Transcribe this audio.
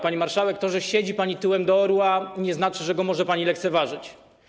Pani marszałek, to, że siedzi pani tyłem do orła, nie znaczy, że może pani go lekceważyć.